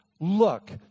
look